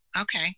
okay